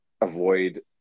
avoid